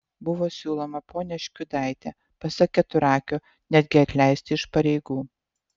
buvo siūloma ponią škiudaitę pasak keturakio netgi atleisti iš pareigų